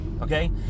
Okay